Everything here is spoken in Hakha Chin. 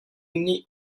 nih